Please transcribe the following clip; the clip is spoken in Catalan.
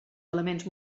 elements